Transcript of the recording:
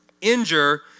Injure